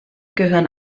gehören